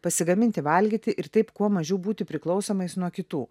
pasigaminti valgyti ir taip kuo mažiau būti priklausomais nuo kitų